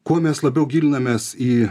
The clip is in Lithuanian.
kuo mes labiau gilinamės į